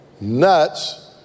nuts